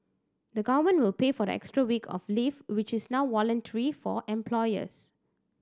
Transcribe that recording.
the government will pay for the extra week of leave which is now voluntary for employers